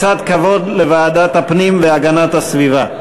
קצת כבוד לוועדת הפנים והגנת הסביבה.